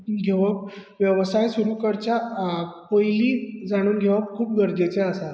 घेवप वेवसाय सुरू करच्या पयली जाणून घेवप खूब गरजेचे आसा